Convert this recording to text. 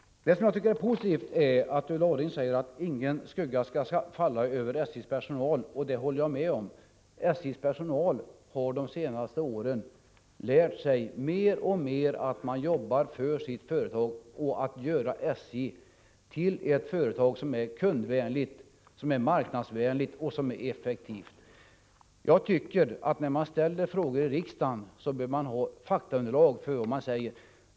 Det som jag tycker är positivt är att Ulla Orring säger att ingen skugga skall falla på SJ:s personal. Det håller jag med om. SJ:s personal har under de senaste åren mer och mer lärt sig att jobba för att göra SJ till ett företag som är kundvänligt, marknadsvänligt och effektivt. När man ställer frågor i riksdagen bör man ha faktaunderlag till vad man säger.